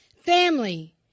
Family